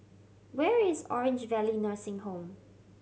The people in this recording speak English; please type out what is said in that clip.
where is Orange Valley Nursing Home